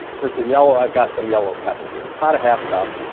for some yellow, i've got some yellow pepper here, about a half cup.